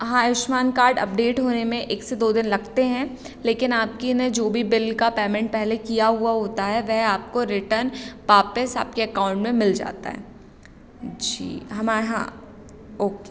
हाँ Ayushman card update होने में एक से दो दिन लगते हैं लेकिन आपकी ना जो भी बिल का पैमेंट पहले किया हुआ होता है वह आपको रिटर्न वापिस आपके अकाउंट में मिल जाता है जी हमाए हाँ ओके